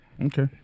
Okay